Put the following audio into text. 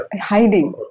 Hiding